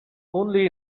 only